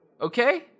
Okay